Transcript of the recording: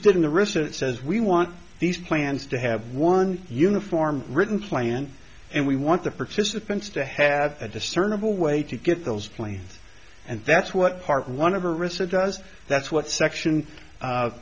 did in the wrist it says we want these plans to have one uniform written plan and we want the participants to have a discernible way to get those planes and that's what part one of a rissa does that's what section